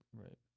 right